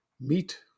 Meat